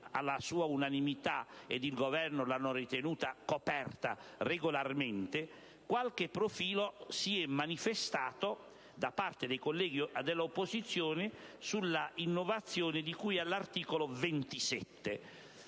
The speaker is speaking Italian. alla sua unanimità e il Governo l'hanno ritenuta coperta regolarmente, qualche perplessità è stata manifestata da parte dei colleghi dell'opposizione sull'innovazione di cui all'articolo 27.